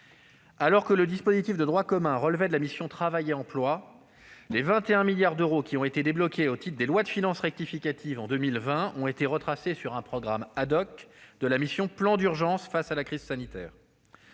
alors que le dispositif de droit commun relevait de la mission « Travail et emploi », les 21 milliards d'euros débloqués au titre des lois de finances rectificatives pour 2020 ont été retracés sur un programme de la mission « Plan d'urgence face à la crise sanitaire